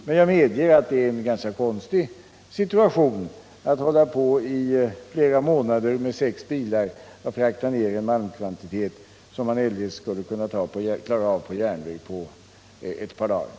Men jag medger att det är en ganska konstig situation att hålla på i flera månader med sex bilar för att frakta ner till Luleå en malmkvantitet som man eljest skulle ha kunnat transportera per järnväg på ett par dagar.